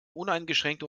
uneingeschränkte